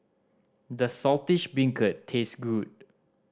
does Saltish Beancurd taste good